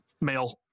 male